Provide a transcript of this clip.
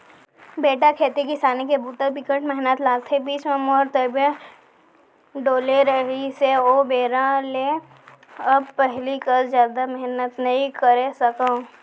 बेटा खेती किसानी के बूता बिकट मेहनत लागथे, बीच म मोर तबियत डोले रहिस हे ओ बेरा ले अब पहिली कस जादा मेहनत नइ करे सकव